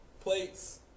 plates